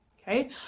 okay